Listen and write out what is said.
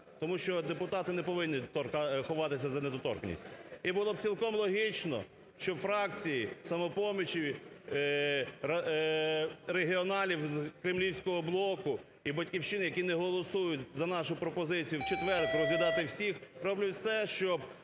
тому що депутати не повинні ховатися за недоторканністю. І було б цілком логічно, що фракції "Самопомочі", регіоналів з "кремлівського блоку" і "Батьківщини", які не голосують за нашу пропозицію в четвер розглядати всіх, роблять все, щоб